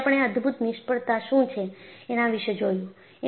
પછી આપણે અદભુત નિષ્ફળતા શું છે એના વિશે જોયું